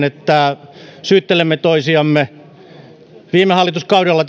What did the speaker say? että syyttelemme toisiamme viime hallituskaudella